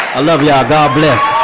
i love y'all. god bless.